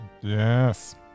Yes